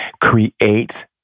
create